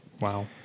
Wow